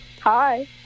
Hi